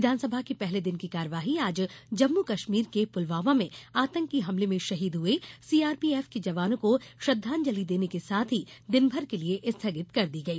विधानसभा की पहले दिन की कार्यवाही आज जम्मू कश्मीर के पुलवामा में आतंकी हमले में शहीद हुए सीआरपीएफ के जवानों को श्रद्वांजलि देने के साथ ही दिनभर के लिये स्थगित कर दी गई